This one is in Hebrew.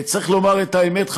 צריך לומר את האמת,